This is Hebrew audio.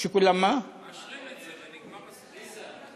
ונגמר הסיפור.